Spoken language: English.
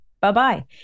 bye-bye